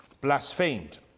blasphemed